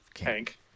Hank